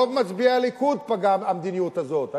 ברוב מצביעי הליכוד פגעה המדיניות הזאת,